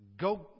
go